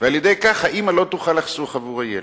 ועל-ידי כך האמא לא תוכל לחסוך עבור הילד.